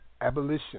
Abolition